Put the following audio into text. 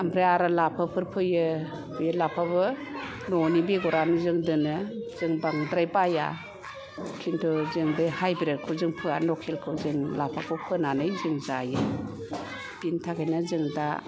ओमफ्राय आर लाफाफोर फैयो बे लाफाबो न'नि बेगरानो जों दोनो जों बांद्राय बाइया खिन्थु जों बे हाइब्रेदखौ जों फोया लकेलखौ जों लाफाखौ फोनानै जों जायो बिनि थाखायनो जों दा